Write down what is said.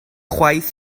chwaith